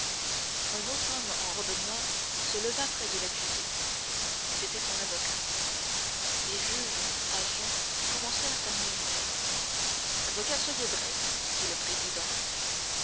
un autre homme en robe noire se leva près de l'accusée c'était son avocat les juges à jeun commencèrent à murmurer avocat soyez bref dit le président